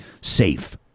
safe